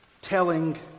telling